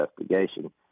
investigation